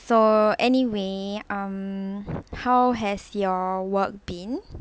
so anyway um how has your work been